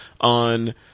on